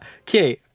okay